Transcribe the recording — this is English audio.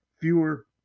fewer